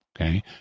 Okay